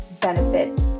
benefit